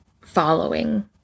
following